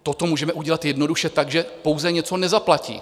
Toto můžeme udělat jednoduše tak, že pouze něco nezaplatí.